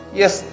Yes